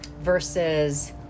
Versus